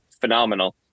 phenomenal